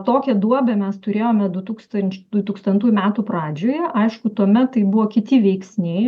tokią duobę mes turėjome du tūkstanč du tūkstantųjų metų pradžioje aišku tuomet tai buvo kiti veiksniai